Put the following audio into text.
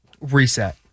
reset